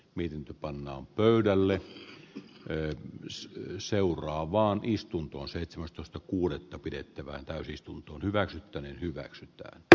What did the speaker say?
mihin pannaan pöydälle kreen kysyy seuraavaan istuntoon seitsemästoista kuudetta pidettävään täysistunto hyväksyttäneen hyväksytty d